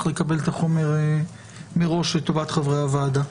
לקבל את החומר מראש לטובת חברי הוועדה.